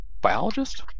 biologist